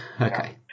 Okay